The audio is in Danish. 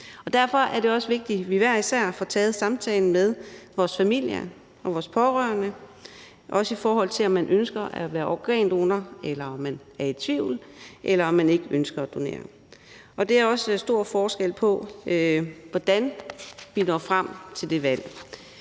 derfor er det også vigtigt, at vi hver især får taget samtalen med vores familier og vores pårørende, også i forhold til, om man ønsker at være organdonor, eller om man er i tvivl, eller om man ikke ønsker at donere, og der er også stor forskel på, hvordan vi når frem til det valg.